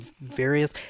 various